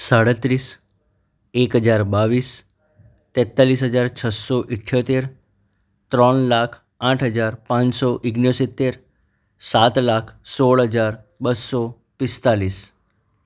સાડત્રીસ એક હજાર બાવીસ તેત્તાલીસ હજાર છસો ઈઠ્યોતેર ત્રણ લાખ આઠ હજાર પાનસો ઓગણસિત્તેર સાત લાખ સોળ હજાર બસો પિસ્તાલિસ